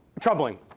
troubling